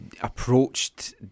approached